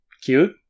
cute